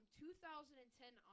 2010